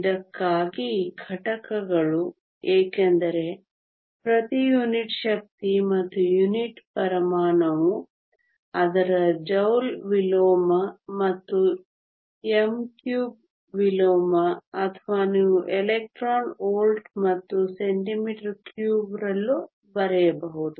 ಇದಕ್ಕಾಗಿ ಘಟಕಗಳು ಏಕೆಂದರೆ ಇದು ಪ್ರತಿ ಯುನಿಟ್ ಶಕ್ತಿ ಮತ್ತು ಯೂನಿಟ್ ಪರಿಮಾಣವು ಅದರ ಜೌಲ್ ವಿಲೋಮ ಮತ್ತು m3 ವಿಲೋಮ ಅಥವಾ ನೀವು ಎಲೆಕ್ಟ್ರಾನ್ ವೋಲ್ಟ್ ಮತ್ತು cm3 ರಲ್ಲೂ ಬರೆಯಬಹುದು